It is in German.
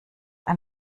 ein